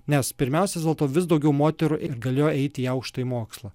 nes pirmiausia vis dėlto vis daugiau moterų ir galėjo eiti į aukštąjį mokslą